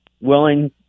willing